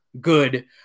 good